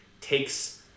takes